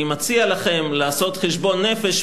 אני מציע לכם לעשות חשבון נפש,